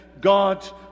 God